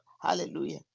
hallelujah